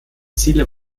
ziele